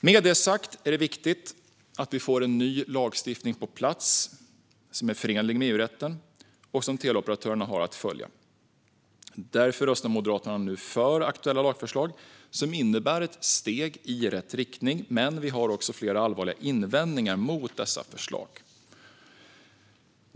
Med det sagt är det viktigt att vi får på plats en ny lagstiftning som är förenlig med EU-rätten och som teleoperatörerna har att följa. Därför röstar Moderaterna nu för aktuella lagförslag, vilka innebär ett steg i rätt riktning. Men vi har flera allvarliga invändningar mot dessa förslag.